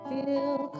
Feel